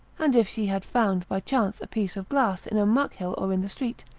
and if she had found by chance a piece of glass in a muck-hill or in the street,